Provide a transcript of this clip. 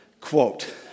quote